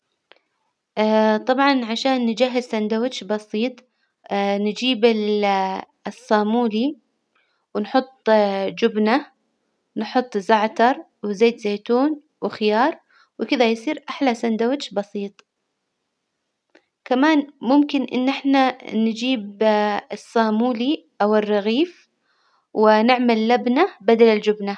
طبعا عشان نجهز سندوتش بسيط نجيب ال الصامولي ونحط جبنة، نحط زعتر وزيت زيتون وخيار، وكذا يصير أحلى سندوتش بسيط، كمان ممكن إن إحنا نجيب الصامولي أو الرغيف ونعمل لبنة بدل الجبنة.